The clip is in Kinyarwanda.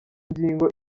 ngingo